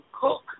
cook